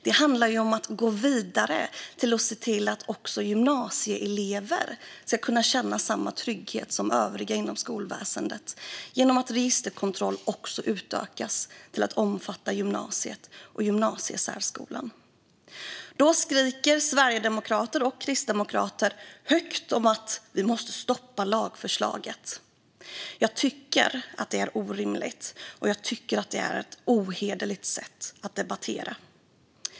Det handlar om att gå vidare och se till att gymnasieelever ska kunna känna samma trygghet som övriga inom skolväsendet genom att registerkontrollen utökas till att omfatta också gymnasiet och gymnasiesärskolan. Då skriker sverigedemokrater och kristdemokrater högt att vi måste stoppa lagförslaget. Jag tycker att det är orimligt, och jag tycker att det är ett ohederligt sätt att debattera.